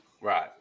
right